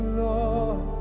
lord